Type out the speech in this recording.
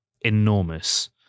enormous